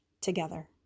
together